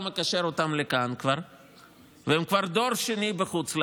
מקשר אותם לכאן והם כבר דור שני בחוץ לארץ,